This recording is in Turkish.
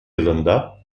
yılında